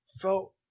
felt